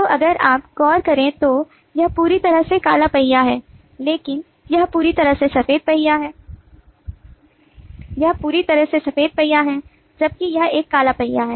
तो अगर आप गौर करें तो यह पूरी तरह से काला पहिया है लेकिन यह पूरी तरह से सफेद पहिया है यह पूरी तरह से सफेद पहिया है जबकि यह एक काला पहिया है